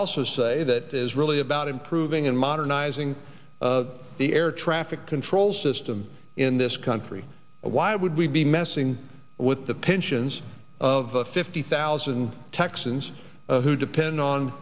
also say that it is really about improving and modernizing the air traffic control system in this country why would we be messing with the pensions of fifty thousand texans who depend on